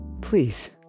Please